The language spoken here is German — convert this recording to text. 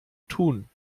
tun